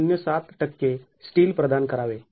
०७ टक्के स्टील प्रदान करावे